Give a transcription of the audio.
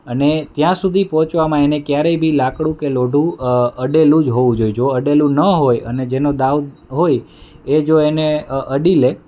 અને ત્યાં સુધી પહોંચવામાં એને ક્યારેય પણ લાકડું કે લોઢું અડેલું જ હોવું જોઈએ અને જો અડેલું ન હોય અને જેનો દાવ હોય એ જો એને અડી લે